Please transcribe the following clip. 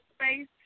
space